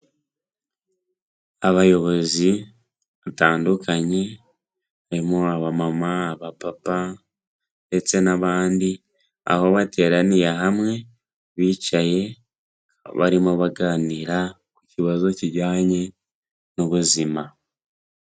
Abayobozi batandukanye, barimo aba mama, aba papa, ndetse n'abandi, aho bateraniye hamwe, bicaye, barimo baganira ku kibazo kijyanye n'ubuzima.